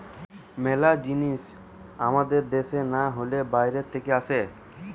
মেলা জিনিস আমাদের দ্যাশে না হলে বাইরে থাকে আসে